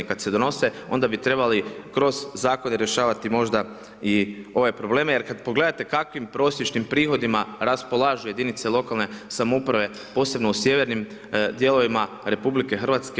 Kad se donose, onda bi trebali kroz zakone rješavati možda i ove probleme jer kad pogledate kakvim prosječnim prihodima raspolaže jedinica lokalne samouprave, posebno u sjevernim dijelovima RH.